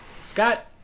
scott